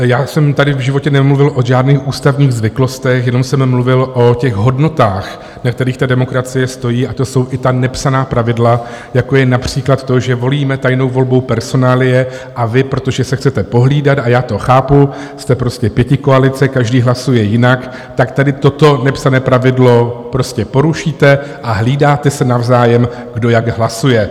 Já jsem tady v životě nemluvil o žádných ústavních zvyklostech, jenom jsem mluvil o těch hodnotách, na kterých ta demokracie stojí, a to jsou i ta nepsaná pravidla, jako je například to, že volíme tajnou volbou personálie, a vy, protože se chcete pohlídat, a já to chápu, jste prostě pětikoalice, každý hlasuje jinak, tak tady toto nepsané pravidlo prostě porušíte a hlídáte se navzájem, kdo jak hlasuje.